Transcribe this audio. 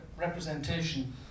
representation